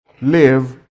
live